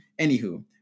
anywho